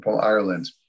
Ireland